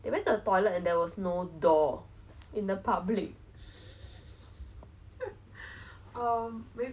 they they I think their highlight for them or maybe a highlight for me because that's the main thing I remember from their stories will be